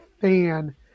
fan